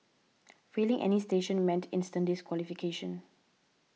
failing any station meant instant disqualification